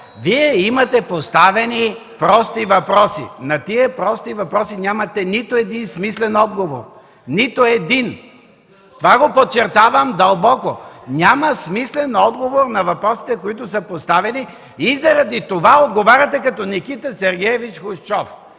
Вие имате поставени прости въпроси. На тези прости въпроси нямате нито един смислен отговор. Нито един! Това го подчертавам дълбоко – няма смислен отговор на въпросите, които са поставени и заради това отговаряте като Никита Сергеевич Хрушчов: